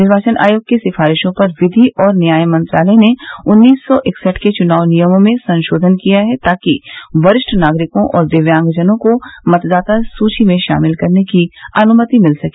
निर्वाचन आयोग की सिफारिशों पर विधि और न्याय मंत्रालय ने उन्नीस सौ इकसठ के चुनाव नियमों में संशोधन किया है ताकि वरिष्ठ नागरिकों और दिव्यांगजनों को मतदाता सूची में शामिल करने की अनुमति मिल सके